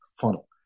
funnel